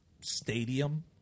stadium